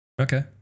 Okay